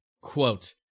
Quote